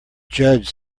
judge